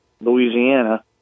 Louisiana